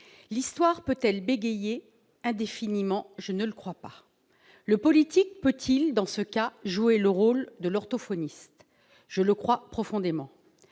L'histoire peut-elle bégayer indéfiniment ? Je ne le crois pas. Le politique peut-il, dans ce cas, jouer le rôle de l'orthophoniste ? Je le crois profondément.